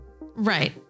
Right